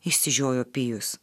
išsižiojo pijus